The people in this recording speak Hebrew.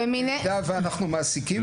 במידה שאנחנו מעסיקים,